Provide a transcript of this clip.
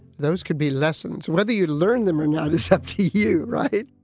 those could be lessons, whether you learn them or not, it's up to you. right.